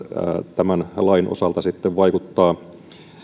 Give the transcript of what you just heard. tämän lain osalta sitten vaikuttavat